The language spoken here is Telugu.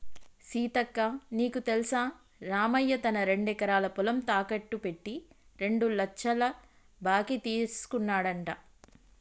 సీతక్క నీకు తెల్సా రామయ్య తన రెండెకరాల పొలం తాకెట్టు పెట్టి రెండు లచ్చల బాకీ తీసుకున్నాడంట